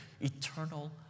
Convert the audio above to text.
eternal